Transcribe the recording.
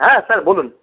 হ্যাঁ স্যার বলুন